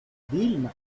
vilma